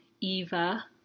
eva